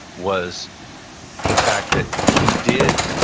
was the fact that he did,